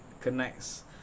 connects